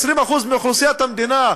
20% מאוכלוסיית המדינה,